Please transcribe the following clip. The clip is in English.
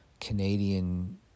Canadian